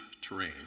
terrain